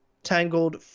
Tangled